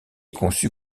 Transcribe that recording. conçu